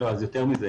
יותר מזה.